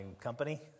company